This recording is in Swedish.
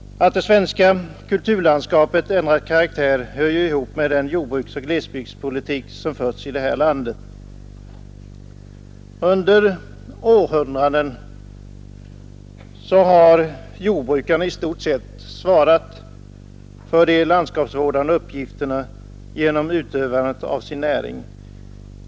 Att det svenska kulturlandskapet ändrar karaktär hör ju ihop med den jordbruksoch glesbygdspolitik som förts i det här landet. Under århundraden har jordbrukarna i stort sett svarat för de landskapsvårdande uppgifterna genom utövandet av sin näring.